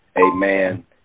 amen